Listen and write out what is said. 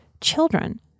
children